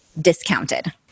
discounted